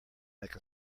make